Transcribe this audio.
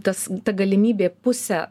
tas ta galimybė pusę